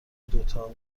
دوتا